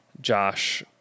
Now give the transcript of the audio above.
Josh